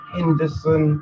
Henderson